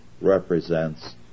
represents